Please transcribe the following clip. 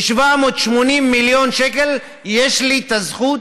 ב-780 מיליון שקל יש לי הזכות,